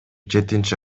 жетинчи